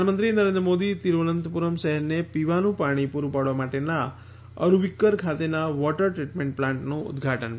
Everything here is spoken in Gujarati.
પ્રધાનમંત્રી નરેન્દ્રમોદી તિરૂઅનંતપૂરમ્ શહેરને પીવાનું પાણી પૂરૂ પાડવા માટેનાં અરૂવીક્કર ખાતેનાં વોટર ટ્રિટમેન્ટ પ્લાન્ટનું ઉદધાટન કરશે